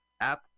app